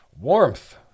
warmth